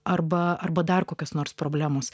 arba arba dar kokios nors problemos